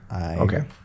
Okay